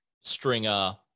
Stringer